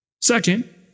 Second